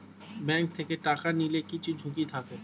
bank থেকে টাকা নিলে কিছু ঝুঁকি থাকে